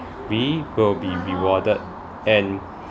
we will be rewarded and